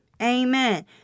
Amen